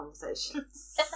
conversations